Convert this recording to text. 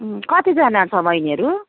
कतिजना छ बैनीहरू